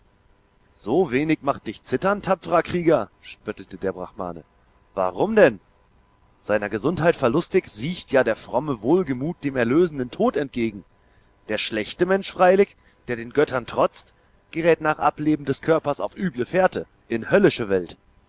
so wenig macht dich zittern tapferer krieger spöttelte der brahmane warum denn seiner gesundheit verlustig siecht ja der fromme wohlgemut dem erlösenden tod entgegen der schlechte mensch freilich der den göttern trotzt gerät nach ableben des körpers auf üble fährte in höllische welt